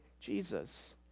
Jesus